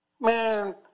man